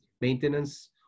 maintenance